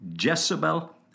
Jezebel